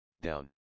down